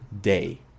day